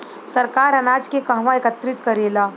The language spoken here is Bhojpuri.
सरकार अनाज के कहवा एकत्रित करेला?